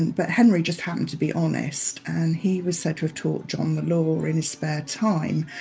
but henry just happened to be honest and he was said to have taught john the law in his spare time.